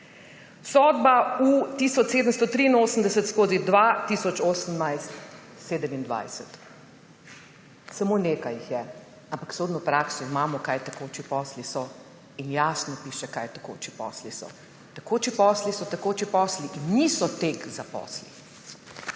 Sodba U 1783/2018-27. Samo nekaj jih je, ampak sodno prakso imamo, kaj tekoči posli so. In jasno piše, kaj tekoči posli so. Tekoči so posli so tekoči posli in niso tek za posli.